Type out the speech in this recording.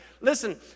Listen